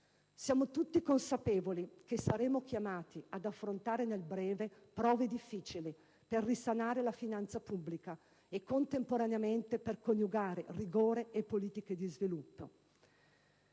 Siamo tutti consapevoli che saremo chiamati ad affrontare nel breve prove difficili per risanare la finanza pubblica e, contemporaneamente, per coniugare rigore e politiche di sviluppo.